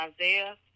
Isaiah